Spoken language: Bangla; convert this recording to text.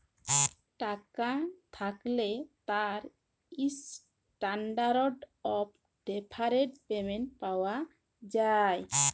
টাকা থ্যাকলে তার ইসট্যানডারড অফ ডেফারড পেমেন্ট পাওয়া যায়